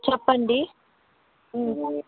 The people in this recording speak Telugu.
చెప్పండి